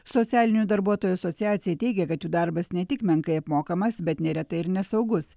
socialinių darbuotojų asociacija teigia kad jų darbas ne tik menkai apmokamas bet neretai ir nesaugus